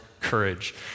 courage